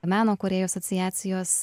meno kūrėjų asociacijos